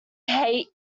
hate